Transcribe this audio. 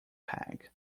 peg